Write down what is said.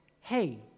hey